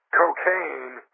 cocaine